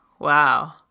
wow